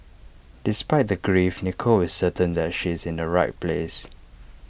despite the grief Nicole is certain that she is in the right place